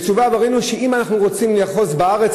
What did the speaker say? התשובה עבורנו היא שאם אנחנו רוצים לאחוז בארץ